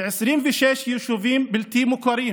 ב-26 יישובים בלתי מוכרים